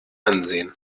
ansehen